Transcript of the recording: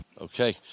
Okay